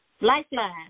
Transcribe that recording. Lifeline